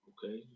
Okay